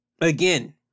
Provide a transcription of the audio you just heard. again